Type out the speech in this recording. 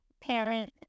parent